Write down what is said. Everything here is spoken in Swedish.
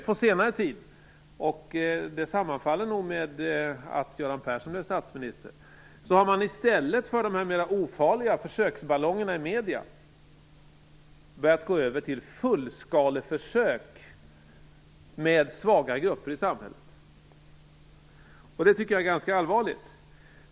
På senare tid - det sammanfaller nog med att Göran Persson blev statsminister - har man i stället för de mera ofarliga försöksballongerna i medierna börjat gå över till fullskaleförsök med svaga grupper i samhället. Det är ganska allvarligt.